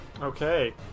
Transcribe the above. Okay